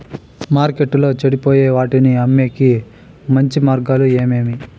మార్కెట్టులో చెడిపోయే వాటిని అమ్మేకి మంచి మార్గాలు ఏమేమి